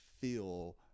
feel